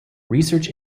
research